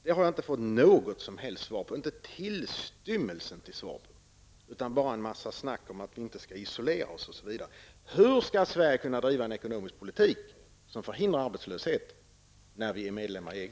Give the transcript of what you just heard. Jag har inte fått något som helst svar på det, inte tillstymmelse till svar utan bara en massa snack om att vi inte skall isolera oss. Hur skall Sverige kunna driva en ekonomisk politik som förhindrar arbetslöshet när Sverige är medlem i EG?